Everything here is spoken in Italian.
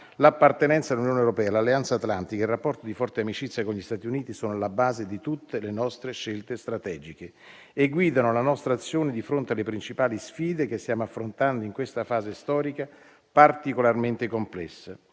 L'appartenenza all'Unione europea, all'Alleanza atlantica e il rapporto di forte amicizia con gli Stati Uniti sono alla base di tutte le nostre scelte strategiche e guidano la nostra azione di fronte alle principali sfide che stiamo affrontando in questa fase storica, particolarmente complessa.